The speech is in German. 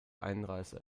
einreise